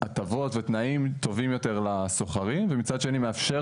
הטבות ותנאים טובים יותר לשוכרים ומצד שני מאפשר